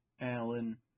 Alan